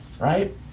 right